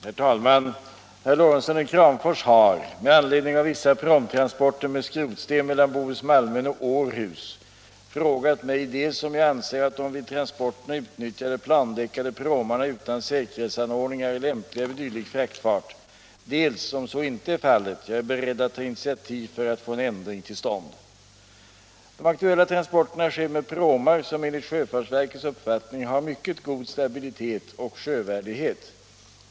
Herr talman! Herr Lorentzon i Kramfors har — med anledning av vissa pråmtransporter med skrotsten mellan Bohus-Malmön och Århus — frågat mig dels om jag anser att de vid transporterna utnyttjade plandäckade pråmarna utan säkerhetsanordningar är lämpliga vid dylik fraktfart, dels, om så inte är fallet, om jag är beredd att ta initiativ för att få en ändring till stånd. De aktuella transporterna sker med pråmar, som enligt sjöfartsverkets uppfattning har mycket god stabilitet och sjövärdighet.